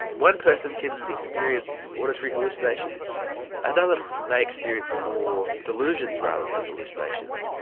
one person can experience auditory hallucinations another may experience more delusions rather than hallucinations.